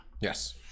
Yes